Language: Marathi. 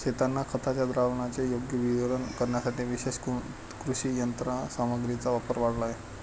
शेतांना खताच्या द्रावणाचे योग्य वितरण करण्यासाठी विशेष कृषी यंत्रसामग्रीचा वापर वाढला आहे